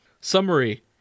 Summary